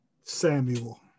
Samuel